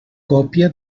còpia